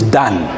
done